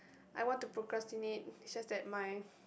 I want to procrastinate is just that my